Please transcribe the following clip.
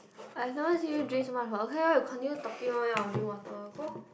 I don't want to see you drink so much water okay ah you continue talking hor then I will drink water go